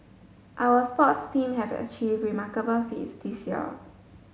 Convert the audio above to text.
our sports team have achieved remarkable feats this year